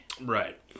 Right